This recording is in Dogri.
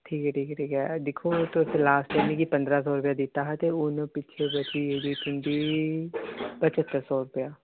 ठीक ऐ ठीक ऐ ठीक ऐ दिक्खो तुसें लास्ट मिगी पंदरां सौ रपेआ दित्ता हा ते हून पिच्छें दी फीस ही तुं'दी पच्हत्तर सौ रपेआ